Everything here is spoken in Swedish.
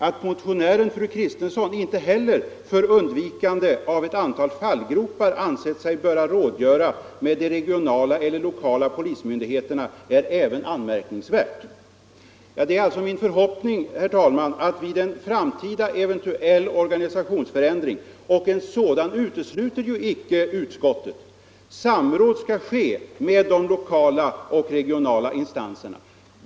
Att motionären fru Kristensson —-—-- inte heller för undvikande av ett antal fallgropar ansett sig böra rådgöra med de regionala eller lokala polismyndigheterna är även anmärkningsvärt.” Det är alltså min förhoppning, herr talman, att vid en framtida eventuell organisationsförändring — och en sådan utesluter ju inte utskottet — samråd skall ske med de lokala och regionala instanserna.